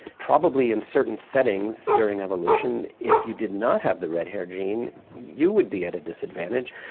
probably in certain settings during evolution if you did not have the read hair gene you would be at a disadvantage.